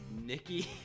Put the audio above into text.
Nikki